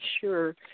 sure